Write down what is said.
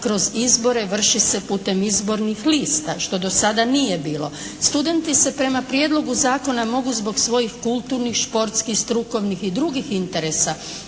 kroz izbore vrši se putem izbornih lista što do sada nije bilo. Studenti se prema prijedlogu zakona mogu zbog svojih kulturnih, športskih, strukovnih i drugih interesa